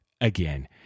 again